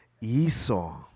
Esau